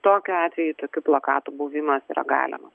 tokiu atveju tokių plakatų buvimas yra galimas